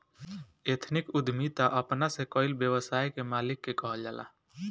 ethnic उद्यमिता अपना से कईल व्यवसाय के मालिक के कहल जाला